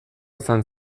izan